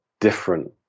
different